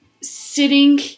Sitting